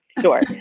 Sure